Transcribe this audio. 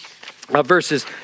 verses